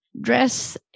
dress